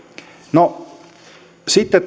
no sitten